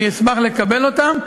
אני אשמח לקבל אותם,